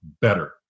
better